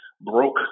broke